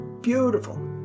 beautiful